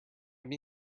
many